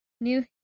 New